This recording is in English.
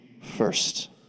first